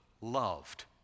loved